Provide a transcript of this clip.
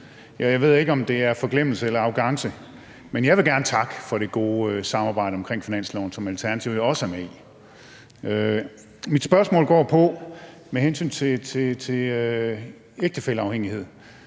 Jeg ved ikke, om det er forglemmelse eller arrogance, men jeg vil gerne takke for det gode samarbejde omkring finansloven, som Alternativet jo også er med i. Mit spørgsmål handler om ægtefælleafhængighed: